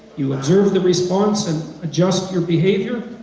you observe the response and adjust your behavior,